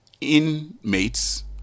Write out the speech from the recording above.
inmates